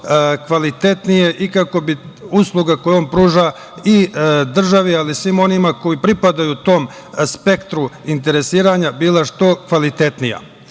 što kvalitetnije i kako bi usluga koju on pruža i državi, ali i svim onima koji pripadaju tom spektru interesiranja bila što kvalitetnija. Naravno